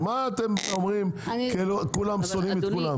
אז מה אתם אומרים כאילו כולם שונאים את כולם?